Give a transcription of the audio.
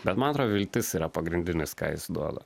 bet man atrodo viltis yra pagrindinis ką jis duoda